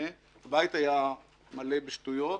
הבית היה מלא בשטויות.